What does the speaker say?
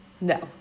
No